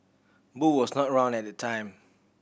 Boo was not around at the time